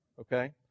Okay